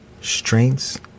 strengths